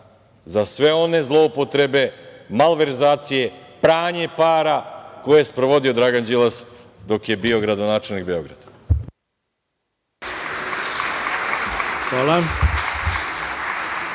za sve one zloupotrebe, malverzacije, pranje para koje je sprovodio Dragan Đilas dok je bio gradonačelnik Beograda.